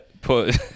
Put